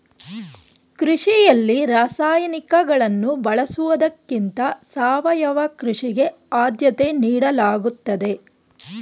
ಕೃಷಿಯಲ್ಲಿ ರಾಸಾಯನಿಕಗಳನ್ನು ಬಳಸುವುದಕ್ಕಿಂತ ಸಾವಯವ ಕೃಷಿಗೆ ಆದ್ಯತೆ ನೀಡಲಾಗುತ್ತದೆ